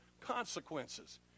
consequences